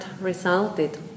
resulted